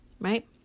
right